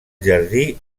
jardí